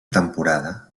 temporada